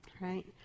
right